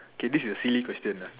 okay this is a silly question